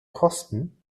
kosten